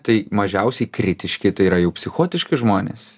tai mažiausiai kritiški tai yra jų psichotiški žmonės